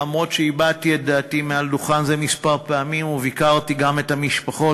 אף שהבעתי את דעתי מעל דוכן זה פעמים מספר וביקרתי גם את המשפחות,